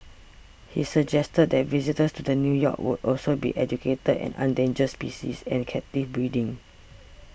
he suggested that visitors to the new park could also be educated on endangered species and captive breeding